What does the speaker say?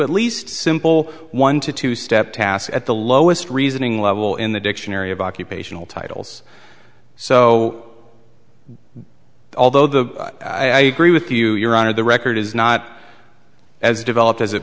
at least simple one to two step tasks at the lowest reasoning level in the dictionary of occupational titles so although the i agree with you your honor the record is not as developed as it